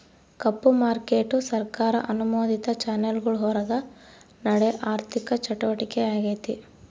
ಕಪ್ಪು market ಸರ್ಕಾರ ಅನುಮೋದಿತ ಚಾನೆಲ್ಗುಳ್ ಹೊರುಗ ನಡೇ ಆಋಥಿಕ ಚಟುವಟಿಕೆ ಆಗೆತೆ